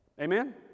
Amen